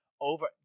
Over